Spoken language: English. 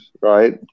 right